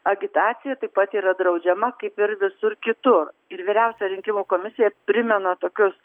agitacija taip pat yra draudžiama kaip ir visur kitur ir vyriausia rinkimų komisija primena tokius